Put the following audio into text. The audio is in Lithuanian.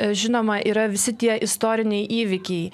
žinoma yra visi tie istoriniai įvykiai